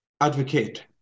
advocate